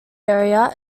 area